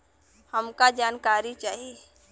हमका जानकारी चाही?